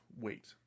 wait